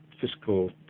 fiscal